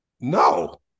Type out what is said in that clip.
No